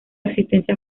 existencia